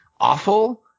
awful